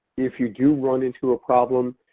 if you do run into a problem,